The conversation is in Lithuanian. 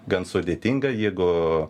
gan sudėtinga jeigu